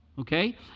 Okay